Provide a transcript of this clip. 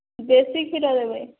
ଦେଶୀ କ୍ଷୀର ଦେବେ